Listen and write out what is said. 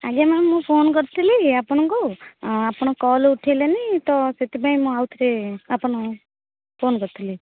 ଆଜ୍ଞା ମ୍ୟାମ ମୁଁ ଫୋନ କରିଥିଲି ଆପଣଙ୍କୁ ଆପଣ କଲ ଉଠେଇଲେନି ତ ସେଥିପାଇଁ ମୁଁ ଆଉଥରେ ଆପଣଙ୍କୁ ଫୋନ କରିଥିଲି